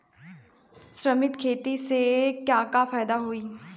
मिश्रित खेती से का फायदा होई?